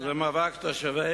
מאבק תושבי,